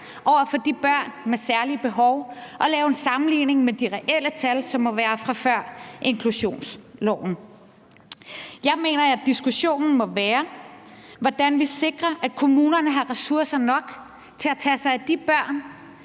over for de børn med særlige behov at lave en sammenligning med de reelle tal, som må være fra før inklusionsloven. Jeg mener, at diskussionen må handle om, hvordan vi sikrer, at kommunerne har ressourcer nok til at tage sig af de børn,